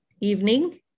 evening